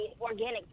organic